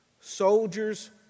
Soldiers